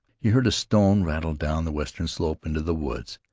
he heard a stone rattle down the western slope into the woods,